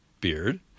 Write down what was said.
beard